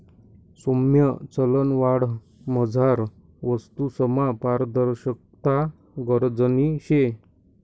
सौम्य चलनवाढमझार वस्तूसमा पारदर्शकता गरजनी शे